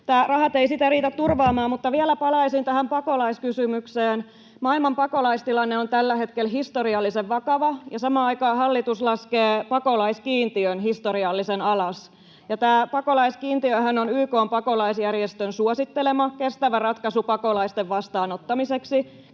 eivät sitä riitä turvaamaan. Mutta vielä palaisin tähän pakolaiskysymykseen. Maailman pakolaistilanne on tällä hetkellä historiallisen vakava, ja samaan aikaan hallitus laskee pakolaiskiintiön historiallisen alas. Tämä pakolaiskiintiöhän on YK:n pakolaisjärjestön suosittelema kestävä ratkaisu pakolaisten vastaanottamiseksi,